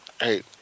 Hey